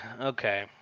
okay